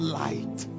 light